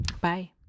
Bye